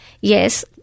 yes